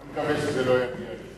בוא נקווה שזה לא יגיע לזה.